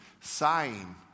sighing